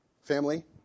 family